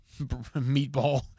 meatball